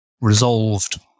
resolved